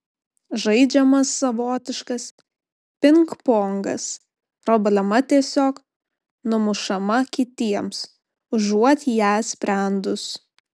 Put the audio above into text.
žaidžiamas savotiškas pingpongas problema tiesiog numušama kitiems užuot ją sprendus